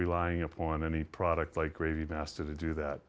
relying upon any product like gravy master to do that